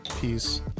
Peace